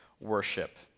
worship